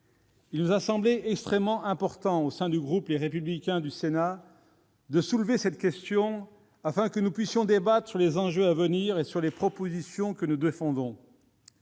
Il nous a semblé extrêmement important, au sein du groupe Les Républicains du Sénat, de soulever cette question afin que nous puissions débattre des enjeux à venir et des propositions que nous défendons.